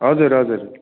हजुर हजुर